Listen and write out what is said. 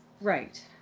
right